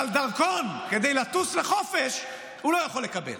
אבל דרכון, כדי לטוס לחופש, הוא לא יכול לקבל.